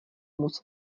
moc